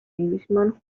englishman